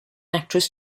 actress